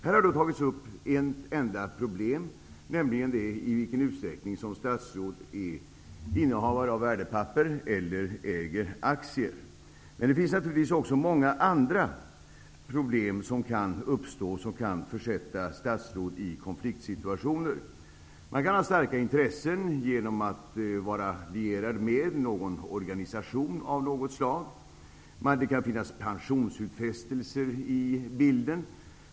Här har alltså tagits upp ett enda problem, nämligen i vilken utsträckning statsråd är innehavare av värdepapper eller äger aktier. Men naturligtvis kan också många andra problem uppstå som kan försätta statsråd i konfliktsituationer. Man kan ha starka intressen genom att vara lierad med en organisation av något slag. Det kan finnas pensionsutfästelser med i bilden.